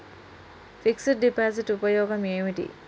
Fix డ్ deposit ఉపయోగం ఏంటి?